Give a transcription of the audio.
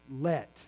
let